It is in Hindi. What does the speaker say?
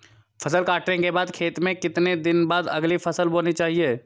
फसल काटने के बाद खेत में कितने दिन बाद अगली फसल बोनी चाहिये?